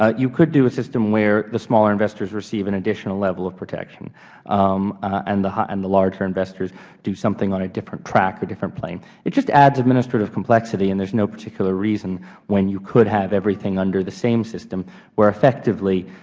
ah you could do a system where the smaller investors receive an additional level of protection um and and the larger investors do something on a different track, different plane. it just adds administrative complexity, and there is no particular reason when you could have everything under the same system where effectively,